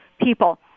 people